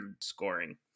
scoring